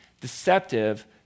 deceptive